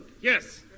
Yes